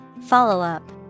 Follow-up